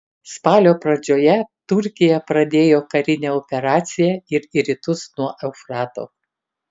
spalio pradžioje turkija pradėjo karinę operaciją ir į rytus nuo eufrato